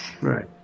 Right